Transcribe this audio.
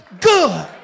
good